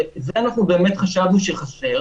זה אנחנו באמת חשבנו שחסר.